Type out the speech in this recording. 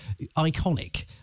iconic